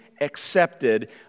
accepted